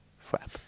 Flap